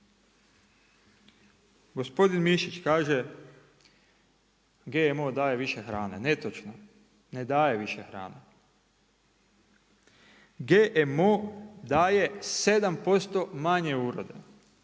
Gospodin Mišić kaže GMO daje više hrane. Netočno, ne daje više hrane. GMO daje 7% manje uroda.